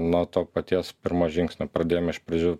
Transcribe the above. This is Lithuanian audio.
nuo to paties pirmo žingsnio pradėjom iš pradžių